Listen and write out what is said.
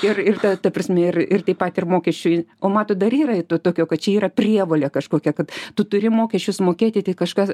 ir ir ta ta prasme ir ir taip pat ir mokesčių o matot dar yra ir to tokio kad čia yra prievolė kažkokia kad tu turi mokesčius mokėti tai kažkas